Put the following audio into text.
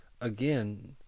again